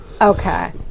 Okay